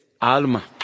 Alma